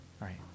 right